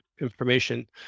information